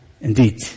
Indeed